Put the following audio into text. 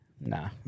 Nah